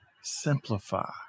simplify